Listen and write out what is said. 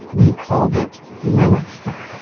they called it lilith fair